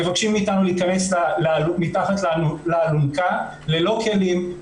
מבקשים מאתנו להכנס מתחת לאלונקה ללא כלים,